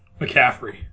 McCaffrey